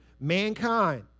mankind